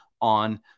on